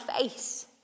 face